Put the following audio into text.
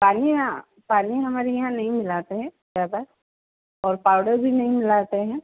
पानी या पानी हमारे यहाँ नहीं मिलाते हैं ज़्यादा और पाउडर भी नहीं मिलाते हैं